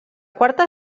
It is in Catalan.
quarta